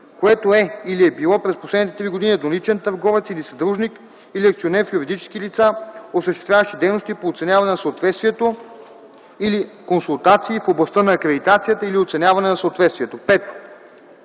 което е или е било през последните 3 години едноличен търговец или съдружник, или акционер в юридически лица, осъществяващи дейности по оценяване на съответствието или консултации в областта на акредитацията или оценяване на съответствието;